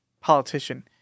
politician